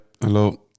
hello